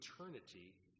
eternity